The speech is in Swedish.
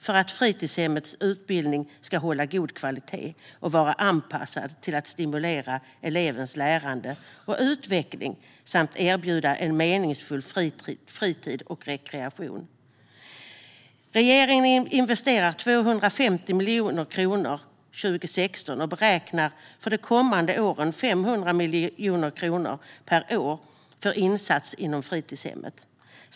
För att fritidshemmets utbildning ska hålla god kvalitet och vara anpassad till att stimulera elevers lärande och utveckling samt erbjuda en meningsfull fritid och rekreation investerar regeringen 250 miljoner kronor 2016, och man beräknar för de kommande åren 500 miljoner kronor per år för insatser inom fritidshemmen.